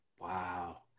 Wow